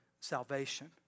salvation